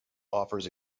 offers